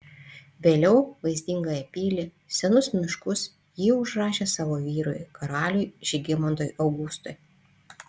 vėliau vaizdingąją pilį senus miškus ji užrašė savo vyrui karaliui žygimantui augustui